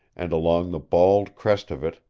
and along the bald crest of it,